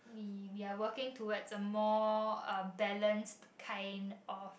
we we are working towards a more uh balanced kind of